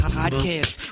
podcast